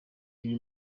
ibi